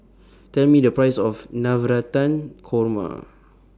Tell Me The Price of Navratan Korma